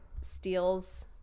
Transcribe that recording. steals